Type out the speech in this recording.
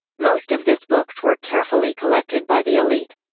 most of this books were carefully collected by the elite.